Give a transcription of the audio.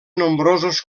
nombrosos